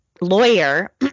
lawyer